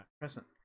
crescent